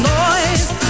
noise